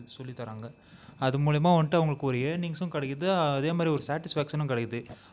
சொல்லித்தராங்க அது மூலிமா வந்துட்டு அவங்களுக்கு ஒரு ஏர்னிங்ஸ்ஸும் கிடைக்குது அதே மாதிரி ஒரு ஸேட்டிக்ஸ்ஃபேஷனும் கிடைக்குது